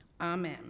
Amen